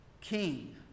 King